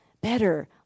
Better